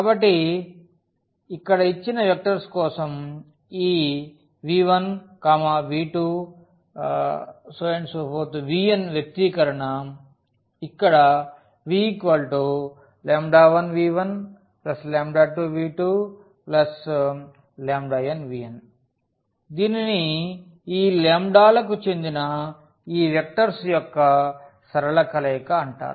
కాబట్టి ఇక్కడ ఇచ్చిన వెక్టర్స్ కోసం ఈ v1v2vnవ్యక్తీకరణ ఇక్కడ v λ1v12v2 nvn దీనిని ఈ లాంబ్డాలకు చెందిన ఈ వెక్టర్స్ యొక్క సరళ కలయిక అంటారు